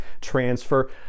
transfer